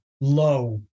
low